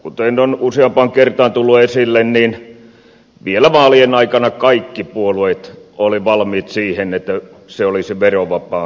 kuten on useampaan kertaan tullut esille niin vielä vaalien aikana kaikki puolueet olivat valmiit siihen että se olisi verovapaa